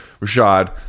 Rashad